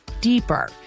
deeper